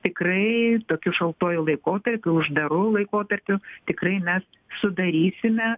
tikrai tokiu šaltuoju laikotarpiu uždaru laikotarpiu tikrai mes sudarysime